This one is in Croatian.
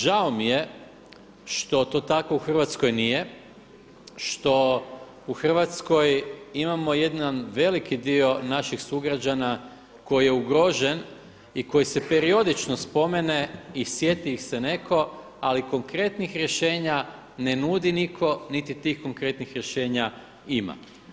Žao mi je što to tako u Hrvatskoj nije, što u Hrvatskoj imamo jedan veliki dio naših sugrađana koji je ugrožen i koji se periodično spomene i sjeti ih se netko, ali konkretnih rješenja ne nudi nitko, niti tih konkretnih rješenja ima.